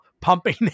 pumping